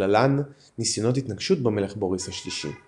ובכללן ניסיונות התנקשות במלך בוריס השלישי.